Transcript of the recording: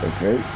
Okay